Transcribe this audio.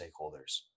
stakeholders